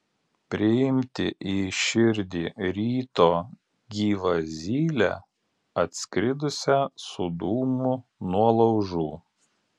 priimti į širdį ryto gyvą zylę atskridusią su dūmu nuo laužų